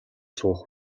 суух